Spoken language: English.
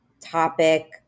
topic